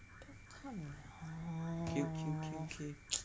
不要看 liao